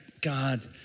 God